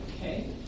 Okay